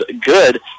good